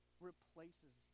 replaces